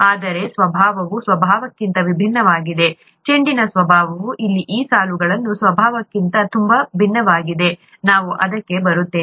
ಇದರ ಸ್ವಭಾವವು ಸ್ವಭಾವಕ್ಕಿಂತ ವಿಭಿನ್ನವಾಗಿದೆ ಚೆಂಡಿನ ಸ್ವಭಾವವು ಇಲ್ಲಿ ಈ ಸಾಲುಗಳ ಸ್ವಭಾವಕ್ಕಿಂತ ತುಂಬಾ ಭಿನ್ನವಾಗಿದೆ ನಾವು ಅದಕ್ಕೆ ಬರುತ್ತೇವೆ